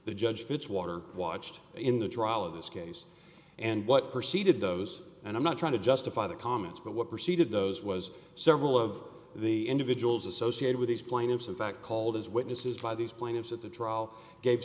the judge fitzwater watched in the trial of this case and what preceded those and i'm not trying to justify the comments but what preceded those was several of the individuals associated with these plaintiffs in fact called as witnesses by these plaintiffs at the trial gave